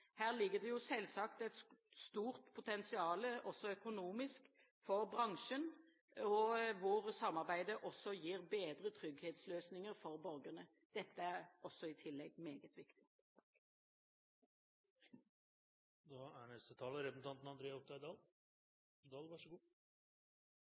Her ligger det selvsagt et stort potensial, også økonomisk, for bransjen, hvor samarbeidet gir bedre trygghetsløsninger for borgerne. Dette er i tillegg meget viktig.